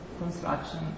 construction